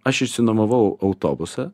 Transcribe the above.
aš išsinuomavau autobusą